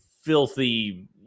filthy